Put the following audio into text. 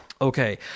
okay